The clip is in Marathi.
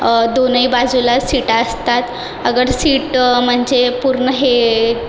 दोनही बाजूला सीटा असतात अगर सीट म्हणजे पूर्ण हे